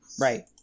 right